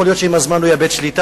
יכול להיות שעם הזמן הוא יאבד שליטה,